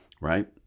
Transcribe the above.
right